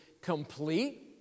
complete